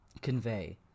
convey